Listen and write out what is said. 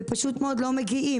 ופשוט מאוד לא מגיעים.